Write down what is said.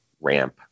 ramp